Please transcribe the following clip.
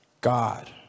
God